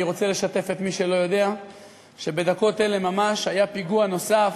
אני רוצה לשתף את מי שלא יודע שבדקות אלה ממש היה פיגוע נוסף,